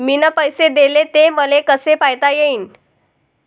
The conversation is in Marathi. मिन पैसे देले, ते मले कसे पायता येईन?